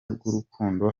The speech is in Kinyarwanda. bw’urukundo